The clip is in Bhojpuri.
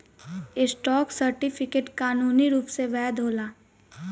स्टॉक सर्टिफिकेट कानूनी रूप से वैध होला